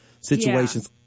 situations